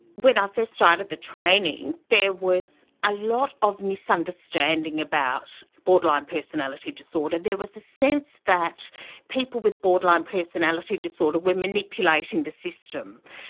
when i first started the training, there was a lot of misunderstanding about borderline personality disorder. there was a sense that people with borderline personality disorder were manipulating the system.